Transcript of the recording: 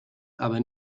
aber